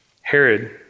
Herod